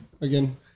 again